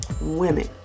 women